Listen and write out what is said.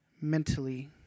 mentally